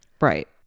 Right